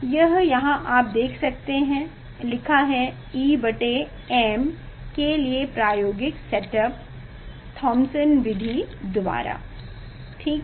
यह यहाँ आप देख सकते है लिखा है em के लिए प्रायोगिक सेटअप है थॉम्सन विधि द्वारा ठीक है